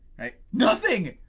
right, nothing!